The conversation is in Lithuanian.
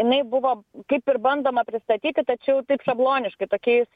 jinai buvo kaip ir bandoma pristatyti tačiau taip šabloniškai tokiais